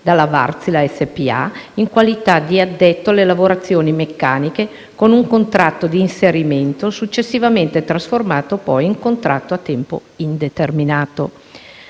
dalla Wärtsilä SpA in qualità di addetto alle lavorazioni meccaniche con un contratto di inserimento successivamente trasformato in contratto a tempo indeterminato.